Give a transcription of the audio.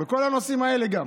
בכל הנושאים האלה.